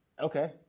Okay